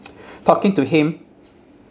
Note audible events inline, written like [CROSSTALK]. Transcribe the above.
[NOISE] talking to him